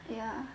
ya